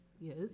Yes